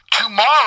Tomorrow